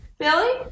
Billy